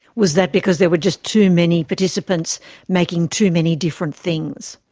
was that because there were just too many participants making too many different things?